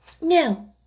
No